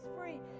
free